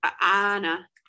Anna